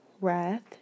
wrath